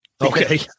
Okay